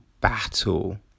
battle